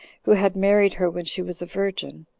who had married her when she was a virgin,